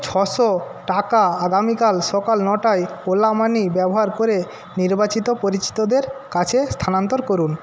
ছশো টাকা আগামীকাল সকাল নটায় ওলা মানি ব্যবহার করে নির্বাচিত পরিচিতদের কাছে স্থানান্তর করুন